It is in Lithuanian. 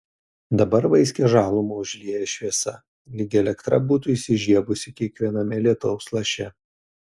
dabar vaiskią žalumą užlieja šviesa lyg elektra būtų įsižiebusi kiekviename lietaus laše